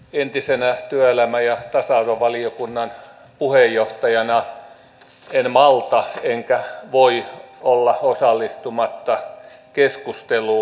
entisenä työelämä ja tasa arvovaliokunnan puheenjohtajana en malta enkä voi olla osallistumatta keskusteluun